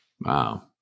wow